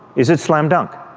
is it slam dunk?